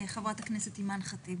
חברת הכנסת אימאן ח'טיב.